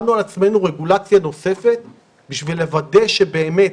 שמנו על עצמנו רגולציה נוספת בשביל לוודא שבאמת